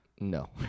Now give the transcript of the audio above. no